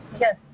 Yes